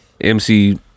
MC